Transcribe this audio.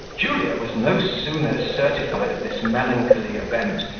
julia was no sooner certified of this melancholy event,